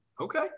Okay